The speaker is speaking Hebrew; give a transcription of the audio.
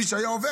מי שהיה עובר,